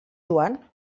joan